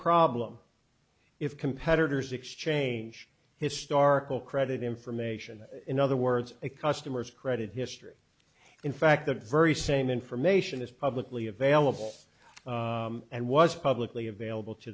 problem if competitors exchange historical credit information in other words a customer's credit history in fact the very same information is publicly available and was publicly available to